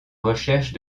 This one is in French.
recherche